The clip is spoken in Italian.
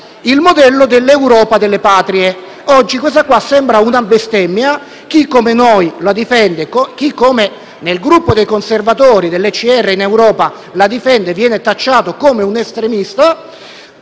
il modello dell'Europa delle Patrie. Oggi questa sembra una bestemmia; chi come noi, nel Gruppo dei conservatori ECR in Europa, la difende viene tacciato come un estremista,